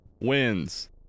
wins